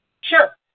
Sure